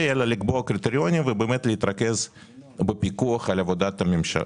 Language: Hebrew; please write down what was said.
אלא לקבוע קריטריונים ולהתרכז בפיקוח על עבודת הממשלה,